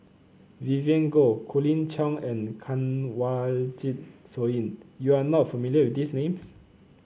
Vivien Goh Colin Cheong and Kanwaljit Soin you are not familiar with these names